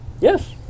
Yes